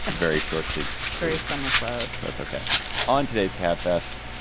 and very short sleeves very summer class. so it's ok on today's cap vest.